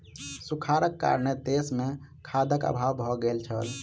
सूखाड़क कारणेँ देस मे खाद्यक अभाव भ गेल छल